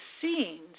scenes